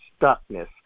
stuckness